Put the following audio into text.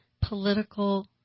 political